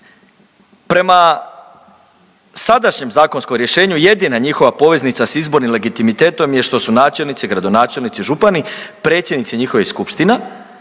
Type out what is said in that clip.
prema sadašnjem zakonskom rješenju jedina njihova poveznica s izbornim legitimitetom je što su načelnici, gradonačelnici, župani, predsjednici njihovih skupština